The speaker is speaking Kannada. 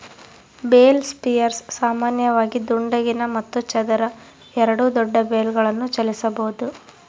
ಬೇಲ್ ಸ್ಪಿಯರ್ಸ್ ಸಾಮಾನ್ಯವಾಗಿ ದುಂಡಗಿನ ಮತ್ತು ಚದರ ಎರಡೂ ದೊಡ್ಡ ಬೇಲ್ಗಳನ್ನು ಚಲಿಸಬೋದು